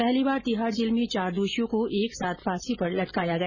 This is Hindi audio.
पहली बार तिहाड जेल में चार दोषियों को एक साथ फांसी पर लटकाया गया